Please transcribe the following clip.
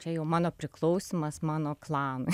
čia jau mano priklausymas mano klanui